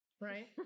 right